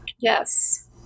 Yes